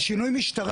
על שינוי משטרי.